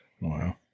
Wow